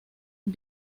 con